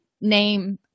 name